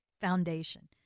foundation